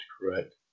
correct